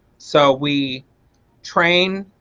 so we train,